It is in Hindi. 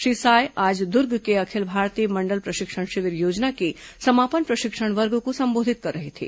श्री साय आज दूर्ग के अखिल भारतीय मंडल प्रशिक्षण शिविर योजना के समापन प्रशिक्षण वर्ग को संबोधित कर रहे थे